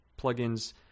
plugins